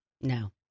No